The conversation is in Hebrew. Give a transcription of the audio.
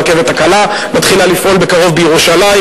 הרכבת הקלה מתחילה לפעול בקרוב בירושלים,